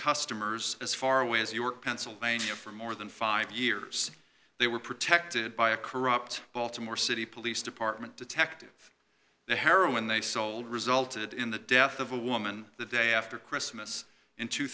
customers as far away as york pennsylvania for more than five years they were protected by a corrupt baltimore city police department detective the heroin they sold resulted in the death of a woman the day after christmas in two